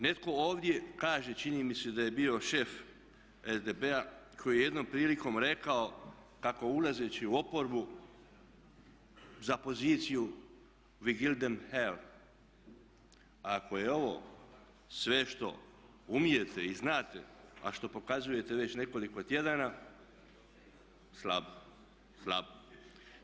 Netko ovdje kaže, čini mi se da je bio šef SDP-a koji je jednom prilikom rekao kako ulazeći u oporbu za poziciju … ako je ovo sve što umijete i znate, a što pokazujete već nekoliko tjedana slabo, slabo.